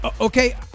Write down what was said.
Okay